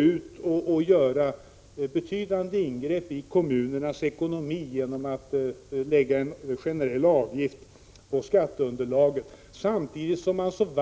Man vill göra betydande ingrepp i kommunernas ekonomi genom att lägga en generell avgift på skatteunderlaget samtidigt som man talar